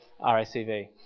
RACV